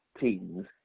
teams